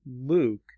Luke